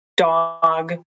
dog